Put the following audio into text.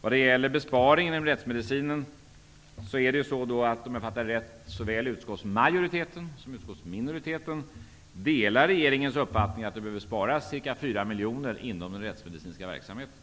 Vad gäller besparingen inom rättsmedicinen delar, om jag har uppfattat det rätt, såväl utskottsmajoriteten som utskottsminoriteten regeringens uppfattning att det behöver sparas ca 4 miljoner inom den rättsmedicinska verksamheten.